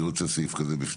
אני רוצה סעיף כזה בפנים.